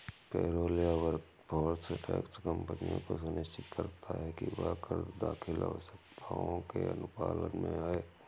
payroll या workforce tax कंपनियों को सुनिश्चित करता है कि वह कर दाखिल आवश्यकताओं के अनुपालन में है